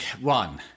One